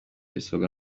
bisabwa